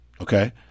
okay